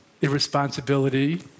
irresponsibility